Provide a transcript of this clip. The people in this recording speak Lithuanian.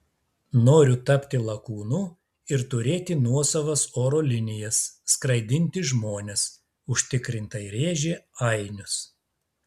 noriu tapti lakūnu ir turėti nuosavas oro linijas skraidinti žmones užtikrintai rėžė ainius